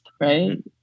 right